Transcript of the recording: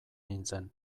nintzen